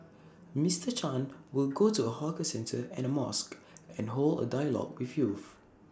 Mister chan will go to A hawker centre and A mosque and hold A dialogue with youth